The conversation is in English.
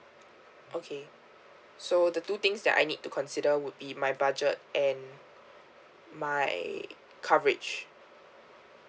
okay so the two things that I need to consider would be my budget and my coverage